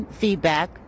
feedback